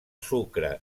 sucre